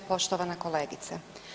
Poštovana kolegice.